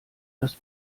das